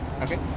Okay